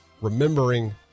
remembering